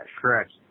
Correct